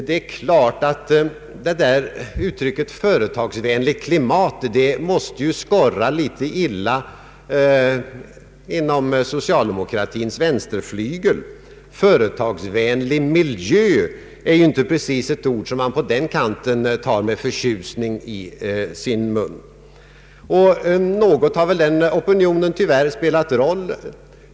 Det är klart att uttrycket ”företagsvänligt klimat” måste skorra illa inom socialdemokratins vänsterflygel. ”Företagsvänlig miljö” är inte precis ett uttryck som man på den kanten med förtjusning tar i sin mun, och den opinionen har väl spelat en viss roll.